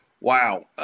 Wow